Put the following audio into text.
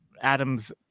Adam's